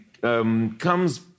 comes